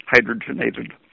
hydrogenated